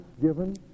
given